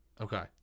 Okay